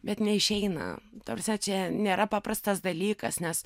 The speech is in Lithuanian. bet neišeina ta prasme čia nėra paprastas dalykas nes